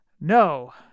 No